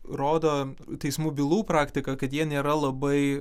rodo teismų bylų praktika kad jie nėra labai